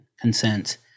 consent